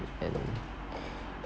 and